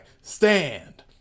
stand